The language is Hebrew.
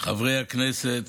חברי הכנסת